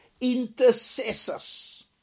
Intercessors